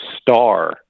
star